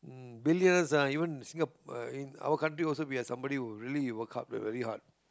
mm billions ah even Singa~ in our country we have somebody who really work hard ve~ very hard